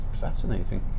Fascinating